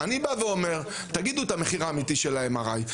אני בא ואומר: תגידו את המחיר האמיתי של ה-MRI.